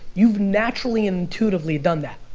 you've naturally intuitively done that.